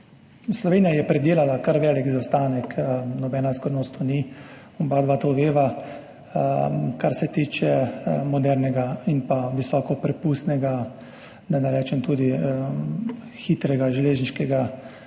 Slovenija je pridelala kar velik zaostanek, to ni nobena skrivnost, oba to veva, kar se tiče modernega in visokoprepustnega, da ne rečem tudi hitrega železniškega